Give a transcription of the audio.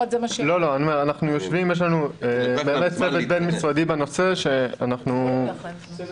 יש צוות בין משרדי שכולל את משרדי